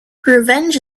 revenge